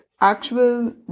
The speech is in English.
actual